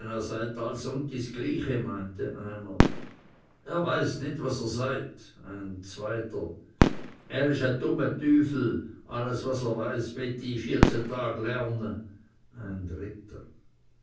meinte einer er weiß nit was er seit ein zweiter er isch e dumme tüfel alles was er weiß wett i i vierzehe tage lerne ein dritter